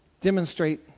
Demonstrate